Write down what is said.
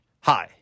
Hi